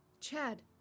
Chad